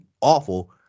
awful